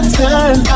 turn